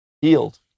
healed